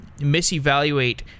misevaluate